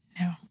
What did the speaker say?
No